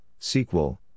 SQL